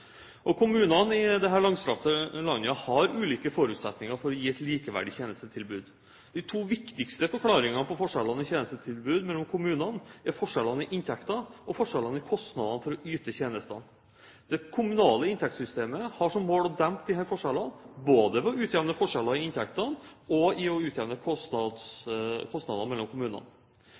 bedre. Kommunene i dette langstrakte landet har ulike forutsetninger for å gi et likeverdig tjenestetilbud. De to viktigste forklaringene på forskjellene i tjenestetilbud mellom kommunene er forskjellene i inntekter og forskjellene i kostnader for å yte tjenesten. Det kommunale inntektssystemet har som mål å dempe disse forskjellene, både ved å utjevne forskjeller i inntekter og i å utjevne kostnadene mellom kommunene.